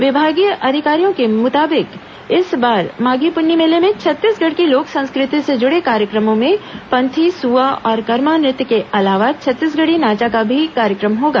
विभागीय अधिकारियों के मुताबिक इस बार माघी पुन्नी मेले में छत्तीसगढ़ की लोक संस्कृति से जुड़े कार्यक्रमों में पंथी सुआ और करमा नृत्य के अलावा छत्तीसगढ़ी नाचा का भी कार्यक्रम होगा